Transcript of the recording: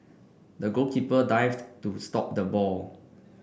the goalkeeper dived to stop the ball